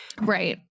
Right